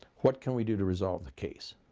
what can we do to resolve the case?